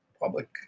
public